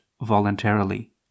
voluntarily